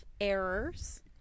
errors